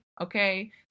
Okay